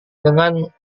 dengan